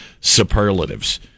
superlatives